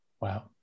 Wow